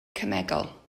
cemegol